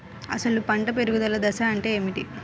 అసలు పంట పెరుగుదల దశ అంటే ఏమిటి?